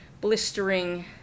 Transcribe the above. blistering